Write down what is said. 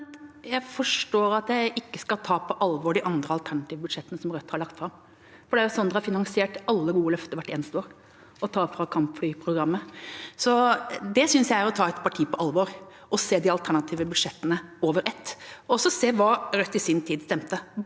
Jeg forstår at jeg ikke skal ta på alvor de andre alternative budsjettene som Rødt har lagt fram, for det er slik man har finansiert alle gode løfter hvert eneste år – ved å ta fra kampflyprogrammet. Det synes jeg er å ta et parti på alvor, å se de alternative budsjettene over ett og å se hva Rødt i sin tid stemte